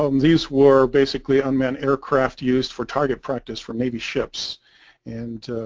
um these were basically unmanned aircraft used for target practice for navy ships and